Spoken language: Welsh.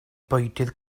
bwydydd